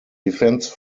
defense